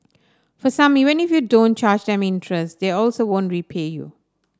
for some even if you don't charge them interest they also won't repay you